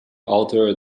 alter